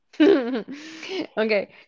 okay